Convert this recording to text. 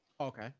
okay